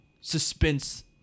suspense